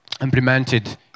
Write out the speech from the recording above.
implemented